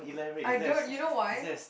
I don't you know why